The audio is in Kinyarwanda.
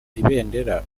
ibendera